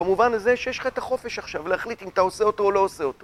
במובן הזה שיש לך את החופש עכשיו להחליט אם אתה עושה אותו או לא עושה אותו